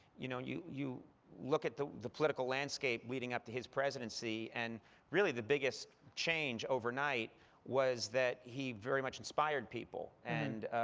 you know you you look at the the political landscape leading up to his presidency, and really the biggest change overnight was that he very much inspired people. and